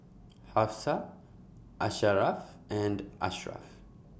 Hafsa Asharaff and Ashraff